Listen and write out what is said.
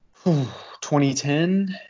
2010